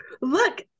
look